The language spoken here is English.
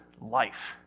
life